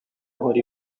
ihora